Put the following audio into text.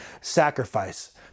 sacrifice